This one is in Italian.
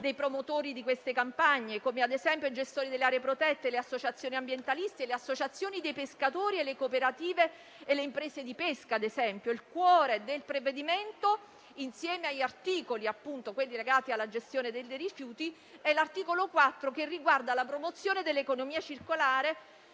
dei promotori di tali campagne: mi riferisco - ad esempio - ai gestori delle aree protette, alle associazioni ambientaliste, alle associazioni dei pescatori, alle cooperative e alle imprese di pesca. Il cuore del provvedimento, unitamente agli articoli legati alla gestione dei rifiuti, è l'articolo 4, che riguarda la promozione dell'economia circolare,